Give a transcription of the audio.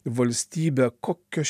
valstybe kokios